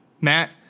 Matt